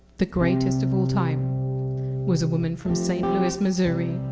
the greatest of all time was a woman from st louis, missouri,